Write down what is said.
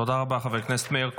תודה רבה, חבר הכנסת מאיר כהן.